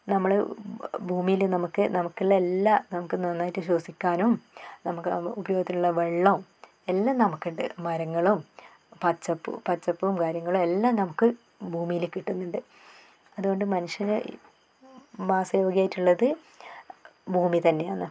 നമ്മൾ ഭൂമിയിൽ നമുക്ക് നമുക്കുള്ളതെല്ലാം നമുക്ക് നന്നായിട്ട് ശ്വസിക്കാനും നമുക്ക് ഉപയോഗത്തിലുള്ള വെള്ളവും എല്ലാം നമുക്കുണ്ട് മരങ്ങളും പച്ചപ്പും പച്ചപ്പും കാര്യങ്ങളും എല്ലാം നമുക്ക് ഭൂമിയിൽ കിട്ടുന്നുണ്ട് അതുകൊണ്ട് മനുഷ്യന് വാസ യോഗ്യയായിട്ടുള്ളത് ഭൂമി തന്നെയാന്ന്